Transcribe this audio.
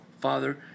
Father